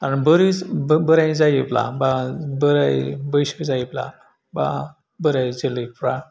आरो बोरै बो बोराइ जायोब्ला बा बोराइ बैसो जायोब्ला बा बोराइ जोलैफ्रा